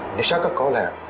the shop a couple of